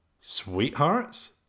Sweethearts